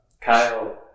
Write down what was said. Kyle